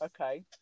Okay